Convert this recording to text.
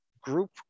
group